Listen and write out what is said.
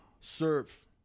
serve